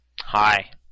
Hi